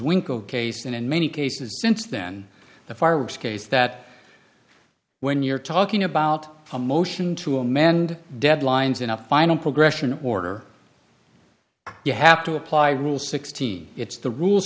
winkled case and in many cases since then the fireworks case that when you're talking about a motion to amend deadlines enough final progression in order you have to apply rule sixteen it's the rule